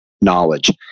knowledge